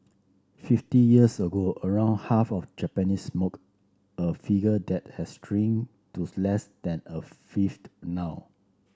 fifty years ago around half of Japanese smoked a figure that has shrunk to less than a fifth now